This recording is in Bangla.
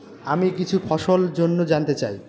আমি কিছু ফসল জন্য জানতে চাই